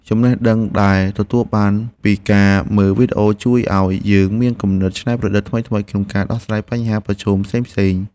ចំណេះដឹងដែលទទួលបានពីការមើលវីដេអូជួយឱ្យយើងមានគំនិតច្នៃប្រឌិតថ្មីៗក្នុងការដោះស្រាយបញ្ហាប្រឈមផ្សេងៗ។